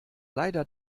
leider